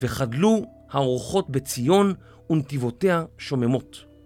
וחדלו האורחות בציון, ונתיבותיה שוממות.